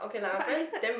but I feel like